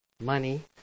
money